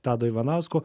tado ivanausko